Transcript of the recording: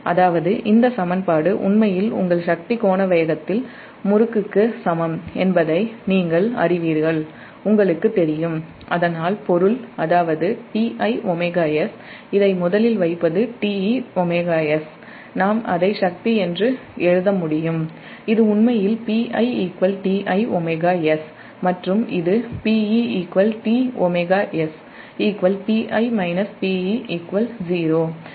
அதாவதுஇந்த சமன்பாடு உண்மையில் உங்கள் சக்தி கோண வேகத்தில் முறுக்குக்கு சமம் என்பதை நீங்கள் அறிவீர்கள் அதனால் பொருள் Tiωs இதை முதலில் வைப்பதுTeωs நாம் அதை சக்தி என்று எழுத முடியும் இது உண்மையில் Pi Tiωsமற்றும் இது Pe Tωs Pi Pe 0